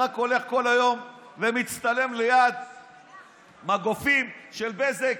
אתה רק הולך כל היום ומצטלם ליד מגופים של בזק,